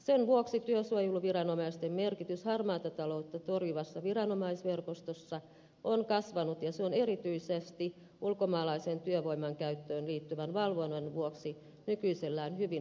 sen vuoksi työsuojeluviranomaisten merkitys harmaata taloutta torjuvassa viranomaisverkostossa on kasvanut ja se on erityisesti ulkomaalaisen työvoiman käyttöön liittyvän valvonnan vuoksi nykyisellään hyvin merkittävä